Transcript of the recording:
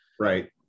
Right